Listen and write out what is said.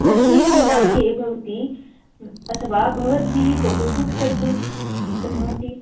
कस्मिन् दिनाङ्के भवती अथवा भवद्भिः फ़ोटो शूट् कर्तुं शक्नोति